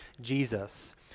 Jesus